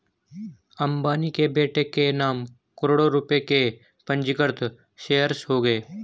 अंबानी के बेटे के नाम करोड़ों रुपए के पंजीकृत शेयर्स होंगे